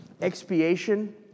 Expiation